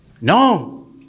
No